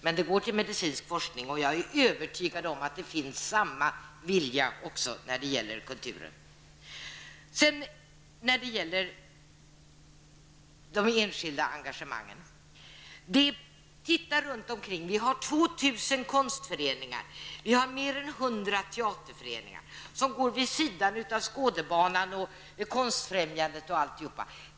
Men det går när det gäller medicinsk forskning, och jag är övertygad om att det finns samma vilja också när det gäller kulturen. Ett ord till om de enskilda engagemangen. Titta runt omkring. Vi har 2 000 konstföreningar. Vi har mer än 100 teaterföreningar, som går vid sidan av Skådebanan, konstfrämjandet och allt detta.